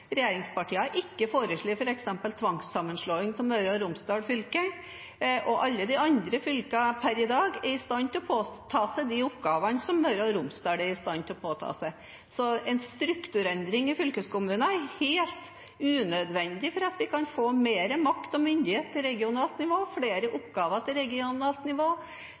har f.eks. ikke foreslått tvangssammenslåing for Møre og Romsdal fylke. Alle de andre fylkene per i dag er i stand til å påta seg de samme oppgavene som Møre og Romsdal er i stand til å ta på seg. Så en strukturendring i fylkeskommunene er helt unødvendig for at vi kan få mer makt og myndighet til regionalt nivå, flere oppgaver til regionalt nivå